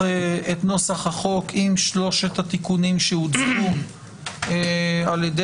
אני מעמיד את נוסח החוק עם שלושת התיקונים שהוצגו על ידי